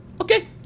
Okay